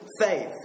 faith